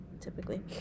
typically